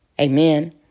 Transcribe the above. Amen